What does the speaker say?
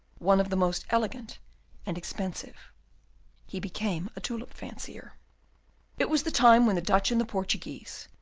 one of the most elegant and expensive he became a tulip-fancier. it was the time when the dutch and the portuguese,